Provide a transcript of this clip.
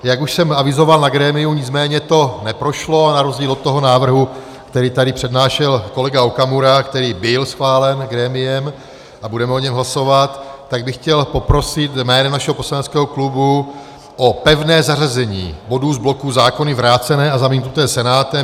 Jak už jsem avizoval na grémiu, nicméně to neprošlo na rozdíl od toho návrhu, který tady přednášel kolega Okamura, který byl schválen grémiem, a budeme o něm hlasovat, tak bych chtěl poprosit jménem našeho poslaneckého klubu o pevné zařazení bodu z bloku zákony vrácené a zamítnuté Senátem.